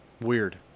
Weird